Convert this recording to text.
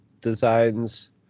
designs